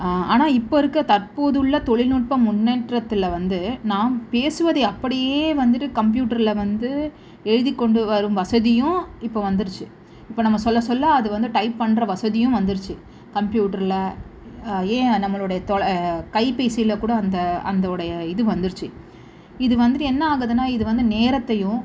ஆனால் இப்போது இருக்க தற்போதுள்ள தொழில்நுட்பம் முன்னேற்றத்தில் வந்து நாம் பேசுவதை அப்படியே வந்துட்டு கம்ப்யூட்டர்ல வந்து எழுதிக் கொண்டு வரும் வசதியும் இப்போது வந்துடுச்சு இப்போது நம்ம சொல்ல சொல்ல அது வந்து டைப் பண்ணுற வசதியும் வந்துடுச்சு கம்ப்யூட்டர்ல ஏன் நம்மளுடைய தொல கைப்பேசியில கூட அந்த அதோடைய இது வந்துடுச்சு இது வந்துட்டு என்ன ஆகுதுன்னா இது வந்து நேரத்தையும்